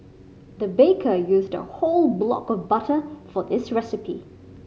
the baker used a whole block of butter for this recipe